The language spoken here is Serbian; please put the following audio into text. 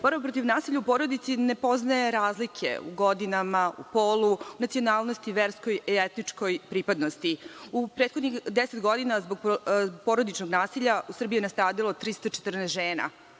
borba protiv nasilja u porodici ne poznaje razlike u godinama, u polu, nacionalnosti, verskoj i etičkoj pripadnosti. U prethodnih 10 godina zbog porodičnog nasilja u Srbiji je nastradalo 314 žena,